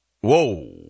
Whoa